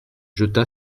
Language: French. jeta